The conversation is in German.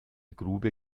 grube